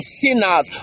sinners